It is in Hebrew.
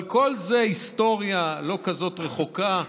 אבל כל זה היסטוריה לא כזאת רחוקה,